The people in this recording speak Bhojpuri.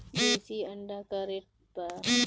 देशी अंडा का रेट बा?